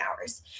hours